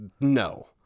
No